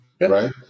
Right